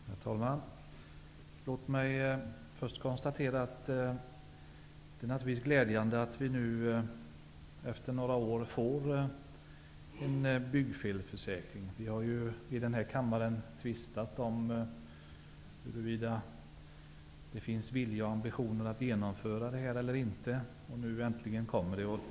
Herr talman! Låt mig först konstatera att det naturligtvis är glädjande att vi nu efter några år får en byggfelsförsäkring. Vi har i den här kammaren tvistat om huruvida det finns vilja och ambition att genomföra ett sådant här förslag eller inte. Nu äntligen kommer det upp.